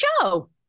show